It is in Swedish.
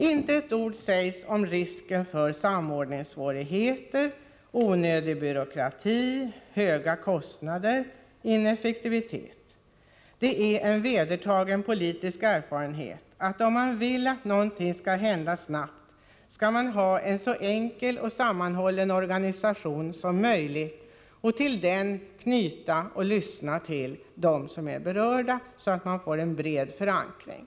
Inte ett ord sägs om risken för samordningssvårigheter, onödig byråkrati, höga kostnader eller ineffektivitet. Det är en vedertagen politisk erfarenhet att om man vill att någonting skall hända snabbt, skall man ha en så enkel och ”å sammanhållen organisation som möjligt och till denna anknyta och lyssna till dem som är berörda, så att man får en bred förankring.